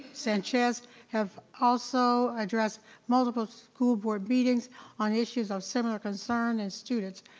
sanchez have also addressed multiple school board meetings on issues of similar concern and students,